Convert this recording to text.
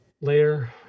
layer